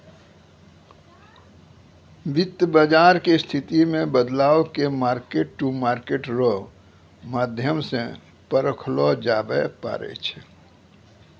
वित्त बाजार के स्थिति मे बदलाव के मार्केट टू मार्केट रो माध्यम से परखलो जाबै पारै छै